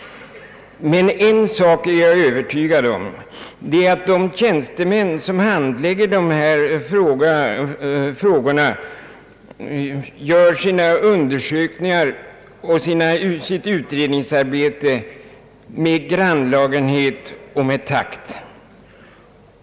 Men en sak är jag övertygad om. Det är att de tjänstemän som handlägger dessa frågor måste utföra sina undersökningar och sitt utredningsarbete med grannlagenhet och takt.